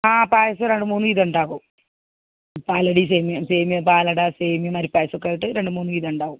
ആ പായസം രണ്ട് മൂന്ന് വിധം ഉണ്ടാകും പാലട സേമിയ സേമിയ പാലട സേമിയ അരിപ്പായസോക്കെയായിട്ട് രണ്ട് മൂന്ന് വിധം ഉണ്ടാകും